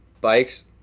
bikes